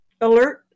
alert